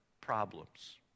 problems